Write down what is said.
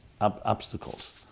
obstacles